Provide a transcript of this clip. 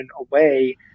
away